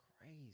crazy